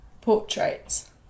portraits